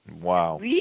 Wow